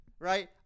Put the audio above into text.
Right